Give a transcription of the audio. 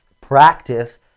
practice